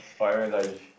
oh M_S_I_G